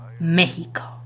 Mexico